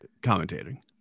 commentating